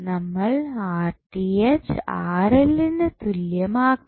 നമ്മൾ നു തുല്യമാക്കണം